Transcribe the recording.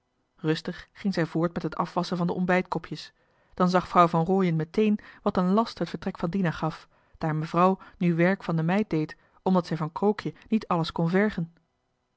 rustig ging zij voort met het afwasschen van de ontbijtkopjes dan zag vrouw van rooien meteen wat een last het vertrek van dina gaf daar mevrouw nu werk van de meid deed omdat zij van krookje niet alles kon vergen